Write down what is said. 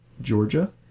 Georgia